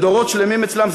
דורות שלמים אצלם,